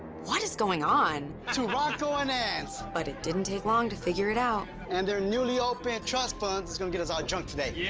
what is going on? to rocco and nance! but it didn't take long to figure it out. and their newly-opened trust fund is gonna get us all drunk today. yeah!